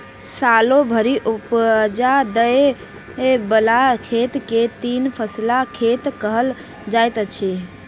सालो भरि उपजा दय बला खेत के तीन फसिला खेत कहल जाइत अछि